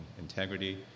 integrity